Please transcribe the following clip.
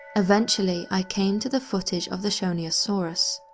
eventually i came to the footage of the shonisaurus.